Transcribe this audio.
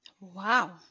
Wow